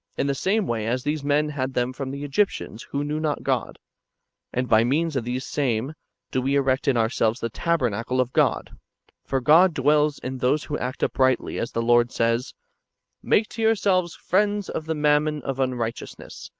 in the same way as these men had them from the egyptians who knew not god and by means of these same do we erect in ourselves the tabernacle of god for god dwells in those who act uprightly, as the lord says make to yourselves friends of the mammon of unrighteousness,